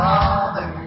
Father